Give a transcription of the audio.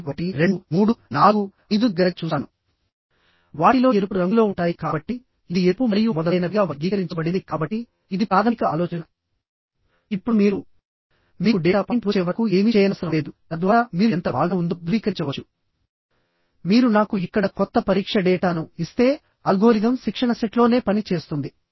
n number of bolt holes in the critical section ఒకవేళ ఇది staggered bolt లేదా zig zag bolt అయితే bolts అనేవి ఒక ప్రత్యేకమైన లైన్ లో ఉండవు వాటిని జిగ్ జాగ్ గా డిస్ట్రిబ్యూట్ చేయబడి ఉంటాయి